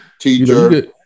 Teacher